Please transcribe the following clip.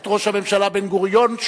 את ראש הממשלה בן-גוריון,